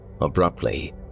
Abruptly